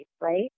right